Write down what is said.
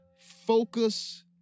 focus